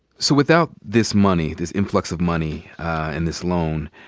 so without this money, this influx of money and this loan,